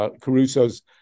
Caruso's